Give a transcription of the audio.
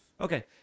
Okay